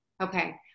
Okay